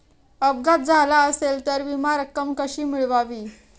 अपघात झाला असेल तर विमा रक्कम कशी मिळवावी?